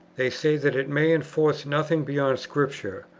they say that it may enforce nothing beyond scripture,